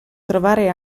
trovare